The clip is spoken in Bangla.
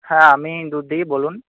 হ্যাঁ আমি দুধ দিই বলুন